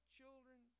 children